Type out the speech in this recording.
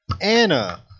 Anna